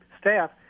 staff